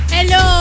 Hello